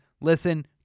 Listen